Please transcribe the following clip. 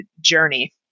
journey